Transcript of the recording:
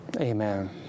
Amen